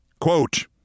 quote